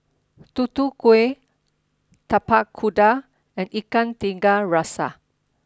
Tutu Kueh Tapak Kuda and Ikan Tiga Rasa